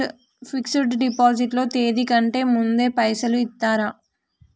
Fix డ్ deposit లో తేది కంటే ముందే పైసలు ఇత్తరా?